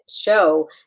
show